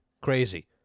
Crazy